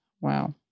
Wow